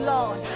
Lord